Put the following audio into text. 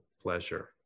pleasure